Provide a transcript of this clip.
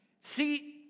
see